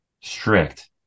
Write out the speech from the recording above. strict